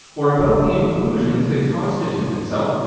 or about the inclusions that constitute itself,